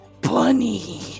Bunny